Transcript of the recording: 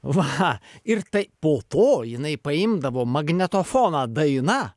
va ir tai po to jinai paimdavo magnetofoną daina